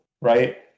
right